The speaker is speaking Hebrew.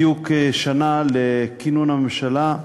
בדיוק שנה לכינון הממשלה.